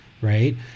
right